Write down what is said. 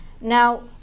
Now